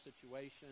situation